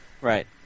Right